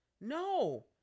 No